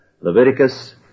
Leviticus